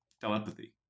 telepathy